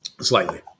Slightly